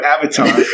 Avatar